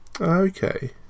Okay